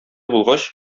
булгач